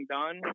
done